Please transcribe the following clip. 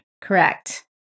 Correct